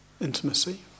intimacy